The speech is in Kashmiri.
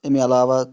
اَمہِ علاوہ